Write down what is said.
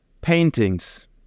paintings